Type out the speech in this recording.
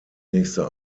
nächste